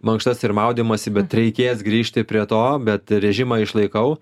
mankštas ir maudymąsi bet reikės grįžti prie to bet režimą išlaikau